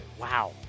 wow